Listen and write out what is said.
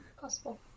Possible